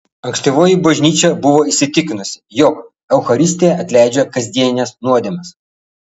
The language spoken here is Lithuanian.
ankstyvoji bažnyčia buvo įsitikinusi jog eucharistija atleidžia kasdienes nuodėmes